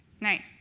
Nice